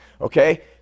Okay